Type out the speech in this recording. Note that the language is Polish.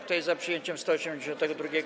Kto jest za przyjęciem 182.